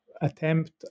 attempt